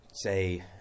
Say